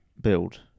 build